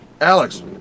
Alex